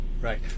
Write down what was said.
Right